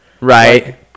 Right